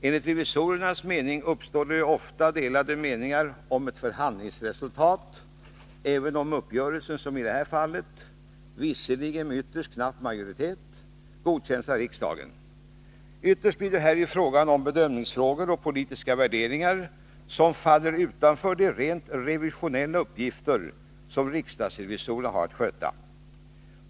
Enligt revisorerna uppstår det ofta delade meningar om ett förhandlingsresultat, även om uppgörelsen som i detta fall — visserligen med ytterst knapp majoritet — godkänts av riksdagen. Ytterst blir det här fråga om bedömningar och politiska värderingar som faller utanför de rent revisionella uppgifter som riksdagsrevisorerna har att sköta.